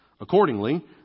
Accordingly